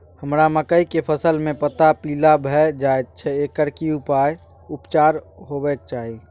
हमरा मकई के फसल में पता पीला भेल जाय छै एकर की उपचार होबय के चाही?